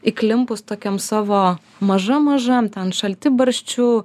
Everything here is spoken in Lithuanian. įklimpus tokiam savo mažam mažam ten šaltibarščių